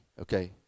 okay